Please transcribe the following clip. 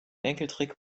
enkeltrick